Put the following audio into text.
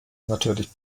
natürlich